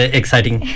exciting